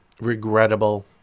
regrettable